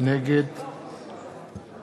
נגד